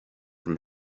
from